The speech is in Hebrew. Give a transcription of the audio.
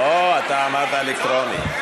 לא, אתה אמרת: אלקטרוני.